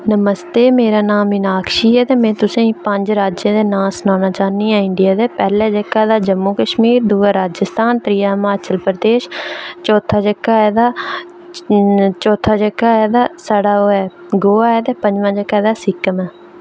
नमस्ते मेरा नाम मीनाक्षी ऐ ते में तुसेंगी पंज राज्यें दे नांऽ सनाना चाह्न्नी आं इंडिया दे पैह्ला ते जेह्का जम्मू कशमीर दूआ राजस्थान त्रीआ हिमाचल प्रदेश चौथा जेह्का ऐ तां साढ़ा ओह् ऐ गोवा ऐ ते पंञमां ता साढ़ा सिक्किम ऐ